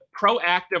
proactive